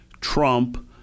trump